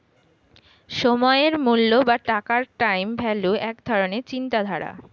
সময়ের মূল্য বা টাকার টাইম ভ্যালু এক ধরণের চিন্তাধারা